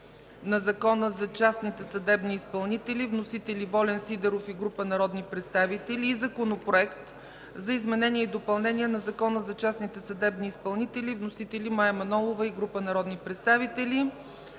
на Закона за частните съдебни изпълнители. Вносители – Волен Сидеров и група народни представители, и Законопроект за изменение и допълнение на Закона за частните съдебни изпълнители. Вносители – Мая Манолова и група народни представители.